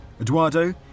Eduardo